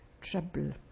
trouble